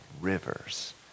rivers